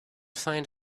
find